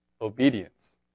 obedience